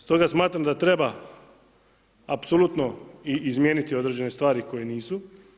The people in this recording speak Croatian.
Stoga smatram da treba apsolutno izmijeniti određene stvari koje nisu.